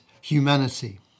humanity